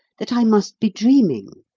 that i must be dreaming.